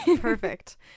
perfect